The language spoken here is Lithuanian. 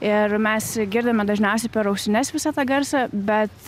ir mes girdime dažniausiai per ausines visą tą garsą bet